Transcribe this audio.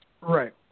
Right